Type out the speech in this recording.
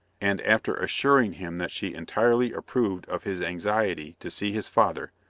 and after assuring him that she entirely approved of his anxiety to see his father,